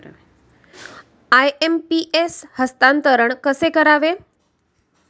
IMPS हस्तांतरण कसे करावे?